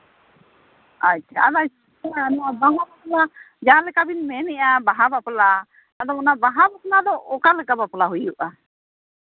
ᱟᱪᱪᱷᱟ ᱡᱟᱦᱟᱸᱞᱮᱠᱟ ᱵᱤᱱ ᱢᱮᱱᱮᱫᱼᱟ ᱵᱟᱦᱟ ᱵᱟᱯᱞᱟ ᱟᱫᱚ ᱚᱱᱟ ᱵᱟᱦᱟ ᱵᱟᱯᱞᱟ ᱫᱚ ᱚᱠᱟᱞᱮᱠᱟ ᱵᱟᱯᱞᱟ ᱦᱩᱭᱩᱜᱼᱟ